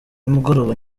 nimugoroba